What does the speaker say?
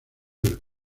del